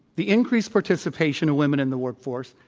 the increased participation of women in the work force,